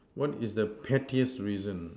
what is the pettiest reason